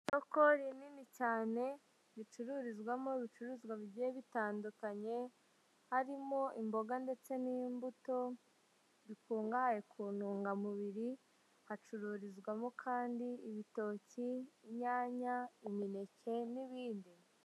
Isoko rinini cyane ricururizwamo ibicuruzwa bigiye bitandukanye harimo imboga ndetse n'imbuto bikungahaye ku ntungamubiri, hacururizwamo kandi ibitoki, inyanya, imineke n'ibindi.